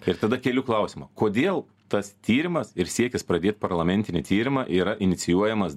ir tada keliu klausimą kodėl tas tyrimas ir siekis pradėt parlamentinį tyrimą yra inicijuojamas